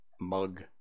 mug